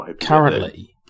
currently